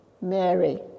Mary